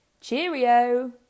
Cheerio